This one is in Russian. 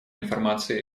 информацией